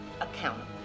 accountable